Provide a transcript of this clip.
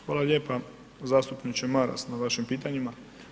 Hvala lijepa zastupniče Maras na vašim pitanjima.